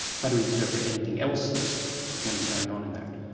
how do we interpret anything else that's going to be going on in that?